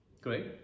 great